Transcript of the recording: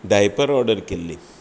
diaper order केल्ली